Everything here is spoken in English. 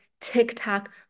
TikTok